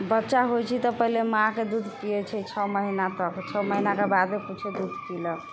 बच्चा होइ छै तऽ पहिले माँके दूध पियै छै छओ महीना तक छओ महीनाके बादे किछु दूध पिलक